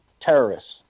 terrorists